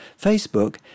Facebook